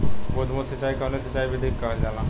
बूंद बूंद सिंचाई कवने सिंचाई विधि के कहल जाला?